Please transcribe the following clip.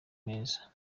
meza